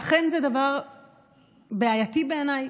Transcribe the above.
ואכן זה דבר בעייתי בעיניי,